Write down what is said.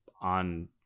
on